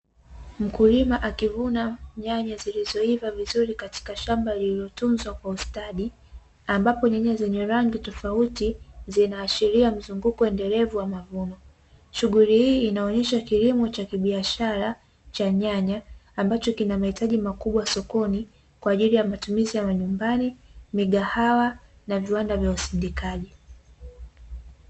Mkulima akivuna nyanya zilizoiva vizuri katika shamba lililotunzwa kwa ustadi, ambapo nyanya zenye rangi tofauti zinaashiria mzunguko endelevu wa mavuno. Shughuli hii inaonyesha kilimo cha kibiashara cha nyanya, ambacho kina mahitaji makubwa sokoni kwa ajili ya matumizi ya majumbani, migahawa na viwanda vya usindikaji.